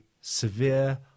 severe